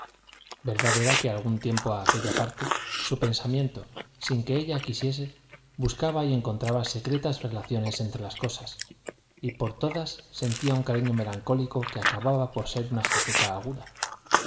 era que de algún tiempo a aquella parte su pensamiento sin que ella quisiese buscaba y encontraba secretas relaciones entre las cosas y por todas sentía un cariño melancólico que acababa por ser una jaqueca aguda